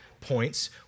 points